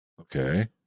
Okay